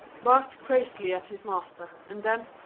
barked crazily at his master, and then,